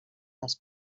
les